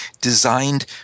designed